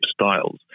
styles